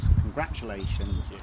congratulations